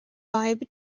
bib